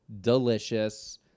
delicious